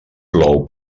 plou